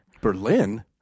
Berlin